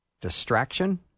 Distraction